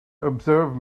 observe